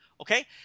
Okay